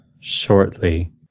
shortly